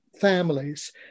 families